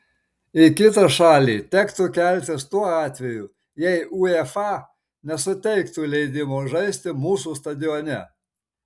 į kitą šalį tektų keltis tuo atveju jei uefa nesuteiktų leidimo žaisti mūsų stadione